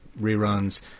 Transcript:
reruns